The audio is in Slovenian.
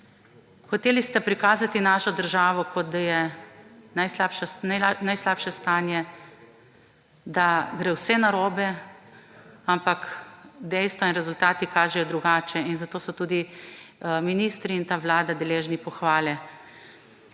Hoteli ste prikazati našo državo, kot da je najslabše stanje, da gre vse narobe, ampak dejstva in rezultati kažejo drugače. In zato so tudi ministri in ta vlada deležni pohvale.